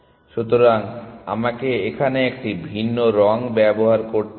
সুতরাং আমাকে এখানে একটি ভিন্ন রং ব্যবহার করতে হবে